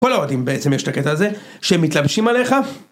פה לא יודעים, בעצם יש את הקטע הזה, שהם מתלבשים עליך.